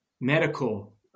medical